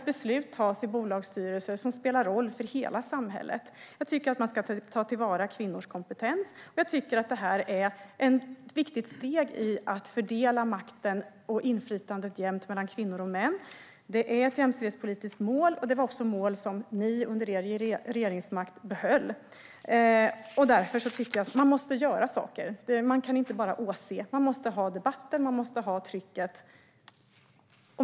Beslut fattas i bolagsstyrelser som spelar roll för hela samhället. Kvinnors kompetens ska tas till vara. Det är ett viktigt steg i att fördela makten och inflytandet jämnt mellan kvinnor och män. Det är ett jämställdhetspolitiskt mål, och det var också ett mål som ni under den tid ni innehade regeringsmakten behöll. Saker måste göras. Man kan inte bara åse. Det måste finnas en debatt och ett tryck.